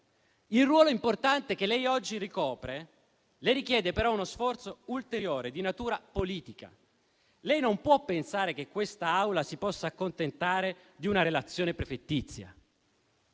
Il ruolo importante che oggi ricopre le richiede però uno sforzo ulteriore di natura politica: non può pensare che quest'Assemblea si possa accontentare di una relazione prefettizia.